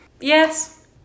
Yes